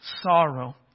sorrow